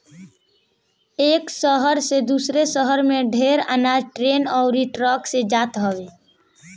एक शहर से दूसरा शहर में ढेर अनाज ट्रेन अउरी ट्रक से जात हवे